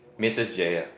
missus Jaiya